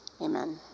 Amen